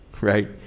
right